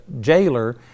jailer